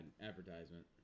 advertisement